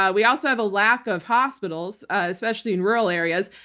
ah we also have a lack of hospitals, especially in rural areas.